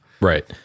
Right